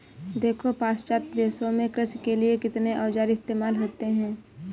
देखो पाश्चात्य देशों में कृषि के लिए कितने औजार इस्तेमाल होते हैं